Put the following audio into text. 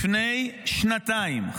לפני שנתיים,